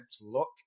look